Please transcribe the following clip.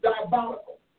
diabolical